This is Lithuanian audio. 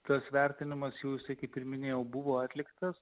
tas vertinimas jūsų kaip ir minėjau buvo atliktas